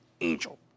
angel